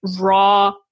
raw